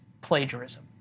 plagiarism